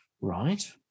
right